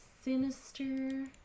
Sinister